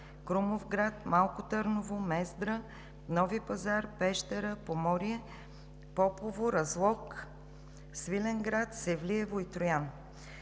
Крумовград, Малко Търново, Мездра, Нови пазар, Пещера, Поморие, Попово, Разлог, Свиленград, Севлиево и Троян.